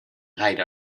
hide